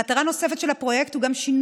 מטרה נוספת של הפרויקט היא גם שינוי